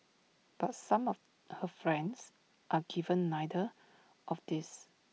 but some of her friends are given neither of these